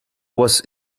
was